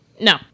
No